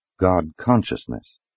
God-consciousness